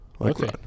Okay